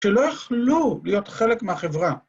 שלא יכלו להיות חלק מהחברה.